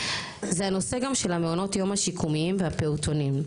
זה הנושא גם של המעונות היום השיקומיים והפעוטונים,